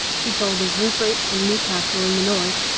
she told of rupert and newcastle in the north,